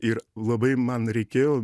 ir labai man reikėjo